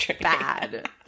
bad